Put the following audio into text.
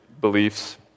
beliefs